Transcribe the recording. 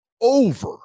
over